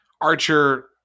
Archer